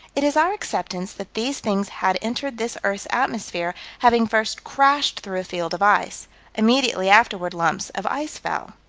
it is our acceptance that these things had entered this earth's atmosphere, having first crashed through a field of ice immediately afterward lumps of ice fell.